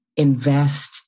Invest